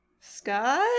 Scott